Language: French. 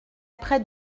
près